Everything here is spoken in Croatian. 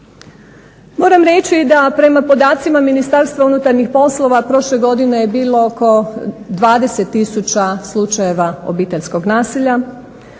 Moram reći da prema podacima Ministarstva unutarnjih poslova prošle godine je bilo oko 20000 slučajeva obiteljskog nasilja.